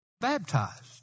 baptized